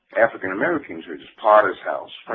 african american churches, potter's house,